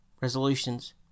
resolutions